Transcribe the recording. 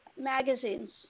magazines